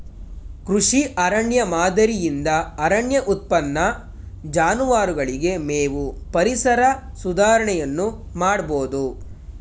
ಕೃಷಿ ಅರಣ್ಯ ಮಾದರಿಯಿಂದ ಅರಣ್ಯ ಉತ್ಪನ್ನ, ಜಾನುವಾರುಗಳಿಗೆ ಮೇವು, ಪರಿಸರ ಸುಧಾರಣೆಯನ್ನು ಮಾಡಬೋದು